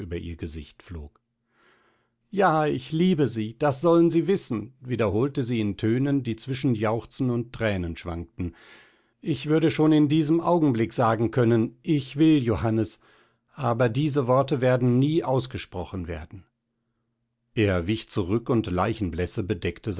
über ihr gesicht flog ja ich liebe sie das sollen sie wissen wiederholte sie in tönen die zwischen jauchzen und thränen schwankten ich würde schon in diesem augenblick sagen können ich will johannes aber diese worte werden nie ausgesprochen werden er wich zurück und leichenblässe bedeckte